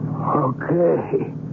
Okay